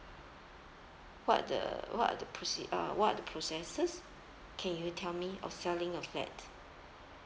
what the what are the proce~ uh what are the processes can you tell me of selling a flat